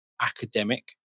academic